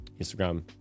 instagram